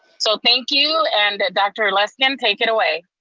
so thank you and the dr. luskin, um take it away.